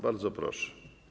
Bardzo proszę.